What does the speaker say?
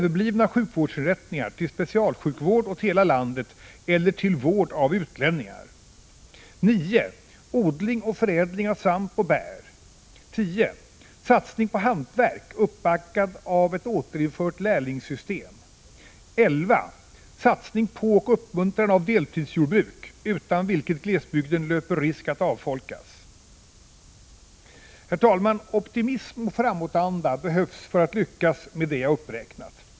11.Satsning på och uppmuntran av deltidsjordbruk utan vilket glesbygden löper risk att avfolkas. Herr talman! Optimism och framåtanda behövs för att lyckas med det jag uppräknat.